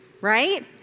right